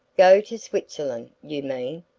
go to switzerland, you mean?